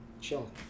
chill